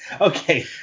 okay